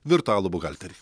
virtualų buhalterį